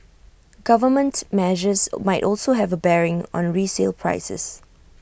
government measures might also have A bearing on resale prices